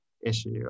issue